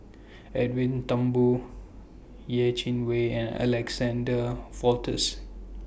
Edwin Thumboo Yeh Chin Wei and Alexander